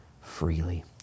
freely